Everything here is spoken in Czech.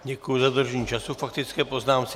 Děkuji za dodržení času k faktické poznámce.